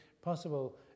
possible